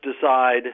decide